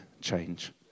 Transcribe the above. change